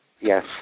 Yes